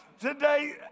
today